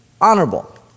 honorable